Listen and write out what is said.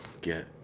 get